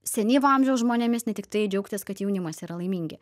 senyvo amžiaus žmonėmis ne tiktai džiaugtis kad jaunimas yra laimingi